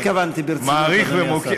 לא התכוונתי ברצינות, אדוני השר.